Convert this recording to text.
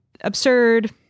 absurd